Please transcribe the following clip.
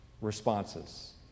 responses